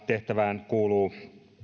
tehtävään kuuluu